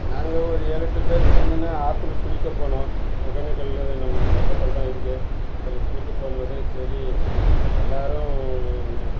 நாங்கள் ஒரு ஏழெட்டு பேர் சேர்ந்துன்னு ஆத்தில் குளிக்க போனோம் ஒகேனக்கல் நமக்கு பக்கத்தில் தான் இருக்குது அதில் குளிக்க போகும் போது சரி எல்லோரும்